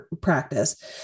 practice